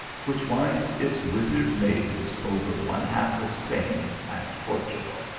which winds its wizard mazes over one-half of spain and portugal.